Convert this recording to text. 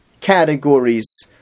categories